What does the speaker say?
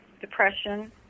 depression